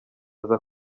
aza